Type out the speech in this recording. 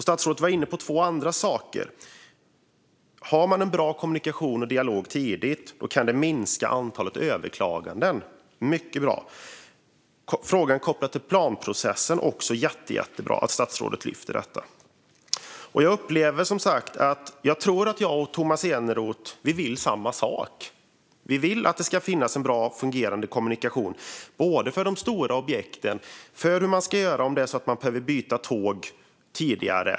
Statsrådet var inne på två andra saker. Har man tidigt en bra kommunikation och dialog kan det minska antalet överklaganden. Det är mycket bra. Det är också jättebra att statsrådet lyfter frågan kopplat till planprocessen. Jag tror att jag och Tomas Eneroth vill samma sak. Vi vill att det ska finnas en bra och fungerande kommunikation för de stora objekten, för hur man ska göra om det är så att man behöver byta tåg tidigare.